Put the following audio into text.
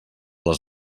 les